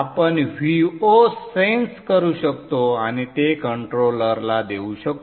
आपण Vo sense करू शकतो आणि ते कंट्रोलरला देऊ शकतो